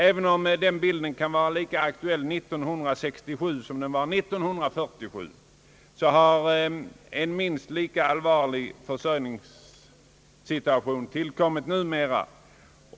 Även om den aspekten kan vara lika aktuell år 1967 som den var 1947 har därtill en annan minst lika allvarlig försörjningssituation uppkommit nu.